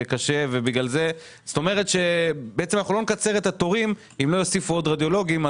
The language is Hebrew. כלומר לא נקצר את התורים אם לא יוסיפו עוד רדיולוגיים.